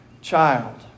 child